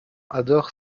adore